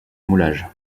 moulage